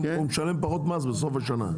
הוא משלם פחות מס בסוף השנה.